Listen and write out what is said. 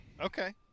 Okay